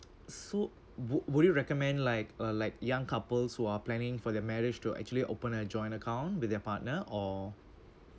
so wou~ would you recommend like uh like young couples who are planning for their marriage to actually open a joint account with their partner or